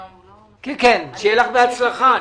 בהצלחה.